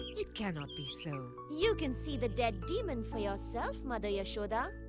it cannot be so. you can see the dead demon for yourself, mother yashoda,